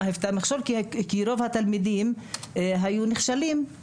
כי רוב התלמידים היו נכשלים.